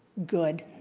good.